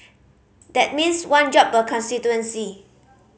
that means one job per constituency